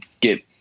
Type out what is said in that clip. get